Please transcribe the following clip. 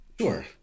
Sure